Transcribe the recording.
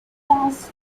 task